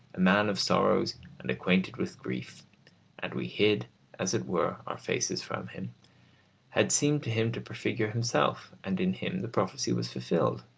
a man of sorrows and acquainted with grief and we hid as it were our faces from him had seemed to him to prefigure himself, and in him the prophecy was fulfilled.